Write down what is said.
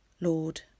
Lord